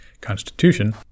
Constitution